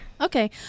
Okay